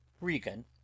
Regan